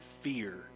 fear